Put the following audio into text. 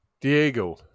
Diego